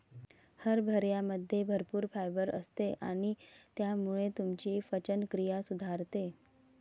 हरभऱ्यामध्ये भरपूर फायबर असते आणि त्यामुळे तुमची पचनक्रिया सुधारते